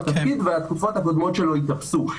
לחזור לתפקיד והתקופות הקודמות שלו יתאפסו.